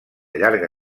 llarga